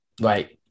Right